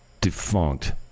defunct